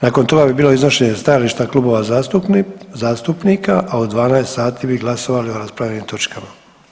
Nakon toga bi bilo iznošenje stajališta klubova zastupnika, a u 12 sati bi glasovali o raspravljenim točkama.